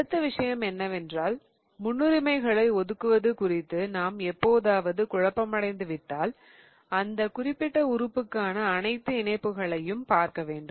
அடுத்த விஷயம் என்னவென்றால் முன்னுரிமைகளை ஒதுக்குவது குறித்து நாம் எப்போதாவது குழப்பமடைந்துவிட்டால் அந்த குறிப்பிட்ட உறுப்புக்கான அனைத்து இணைப்புகளையும் பார்க்கவேண்டும்